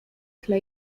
tle